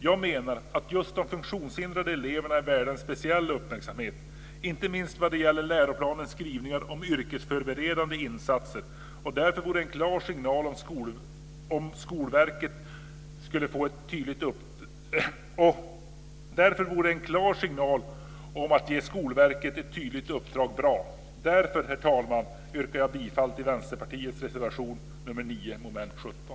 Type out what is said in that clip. Jag menar att just de funktionshindrade eleverna är värda en speciell uppmärksamhet, inte minst vad gäller läroplanens skrivningar om yrkesförberedande insatser, och därför vore det bra med en klar signal om att ge Skolverket ett tydligt uppdrag. Därför, herr talman, yrkar jag bifall till Vänsterpartiets reservation nr 9 under punkt 17.